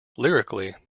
lyrically